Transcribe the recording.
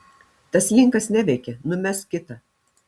tas linkas neveikia numesk kitą